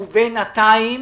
ובינתיים